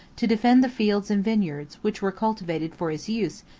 to defend the fields and vineyards, which were cultivated for his use,